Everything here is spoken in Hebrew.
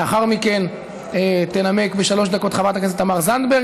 לאחר מכן תנמק בשלוש דקות חברת הכנסת תמר זנדברג.